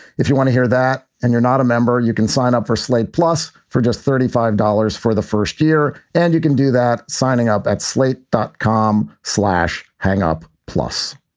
if you want to hear that and you're not a member, you can sign up for slate plus for just thirty five dollars for the first year. and you can do that. signing up at slate, dot com slash hang-up plus